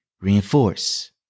reinforce